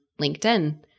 LinkedIn